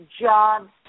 jobs